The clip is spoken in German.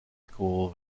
school